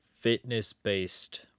fitness-based